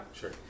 sure